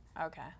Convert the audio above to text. Okay